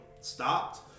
stopped